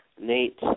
Nate